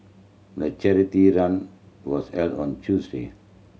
the charity run was held on Tuesday